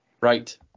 Right